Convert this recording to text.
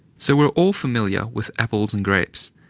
so we are all familiar with apples and grapes,